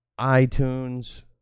iTunes